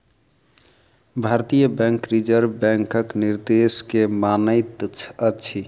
भारतीय bank reserve बैंकक निर्देश के मानैत अछि